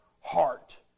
heart